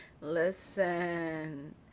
Listen